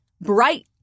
bright